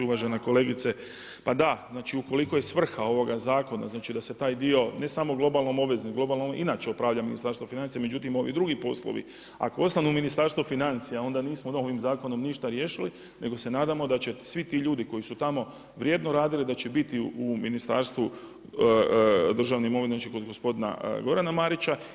Uvažena kolegice, pa da, znači ukoliko je svrha ovoga zakona znači da se taj dio, ne samo globalnom obvezom, globalnom obvezom inače upravlja Ministarstvo financija, međutim ovi drugi poslovi ako ostanu u Ministarstvu financija onda nismo ovim zakonom ništa riješili nego se nadamo da će svi ti ljudi koji su tamo vrijedno radili da će biti u Ministarstvu državne imovine, znači kod gospodina Gorana Marića.